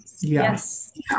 Yes